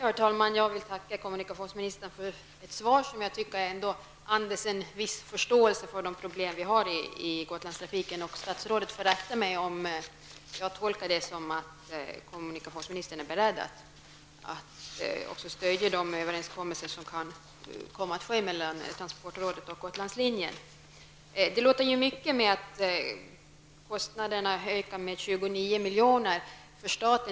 Herr talman! Jag vill tacka kommunikationsministern för ett svar som jag tycker ändå andas en viss förståelse för de problem som vi har när det gäller Gotlandstrafiken. Jag tolkar det som så att kommunikationsministern är beredd att stödja de överenskommelser som kan komma att träffas mellan transportrådet och Det låter mycket att kostnaderna för staten ökar med 29 miljoner.